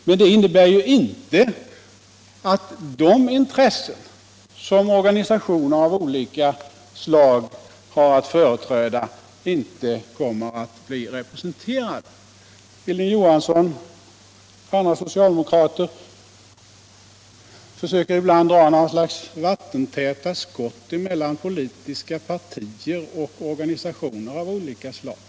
Men det innebär inte att de intressen som organisationer av olika slag har att företräda inte kommer att bli representerade. Hilding Johansson och andra socialdemokrater försöker ibland konstruera vattentäta skott mellan politiska partier och organisationer av olika slag.